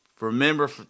remember